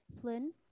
Flynn